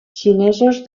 xinesos